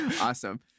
Awesome